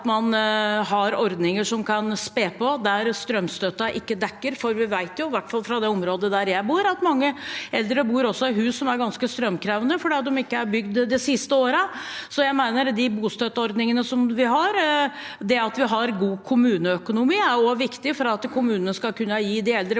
man har ordninger som kan spe på der strømstøtten ikke er dekkende. For vi vet jo, i hvert fall fra det området der jeg bor, at mange eldre bor i hus som er ganske strømkrevende, fordi de ikke er bygd de siste årene. Så jeg mener at de bostøtteordningene vi har, er viktige, og at det at vi har god kommuneøkonomi, også er viktig for at kommunene skal kunne gi de eldre